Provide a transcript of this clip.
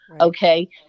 Okay